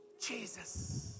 Jesus